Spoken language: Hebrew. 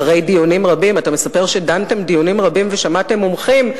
אתה מספר שדנתם דיונים רבים ושמעתם מומחים,